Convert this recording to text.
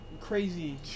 Crazy